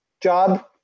job